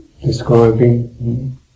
describing